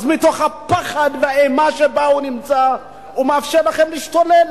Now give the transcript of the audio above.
מתוך הפחד והאימה שבה הוא נמצא הוא מאפשר לכם להשתולל,